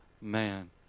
man